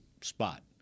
spot